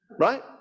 Right